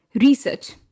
research